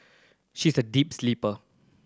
she's a deep sleeper